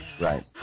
Right